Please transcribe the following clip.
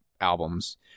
albums